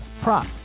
prop